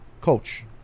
coach